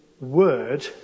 word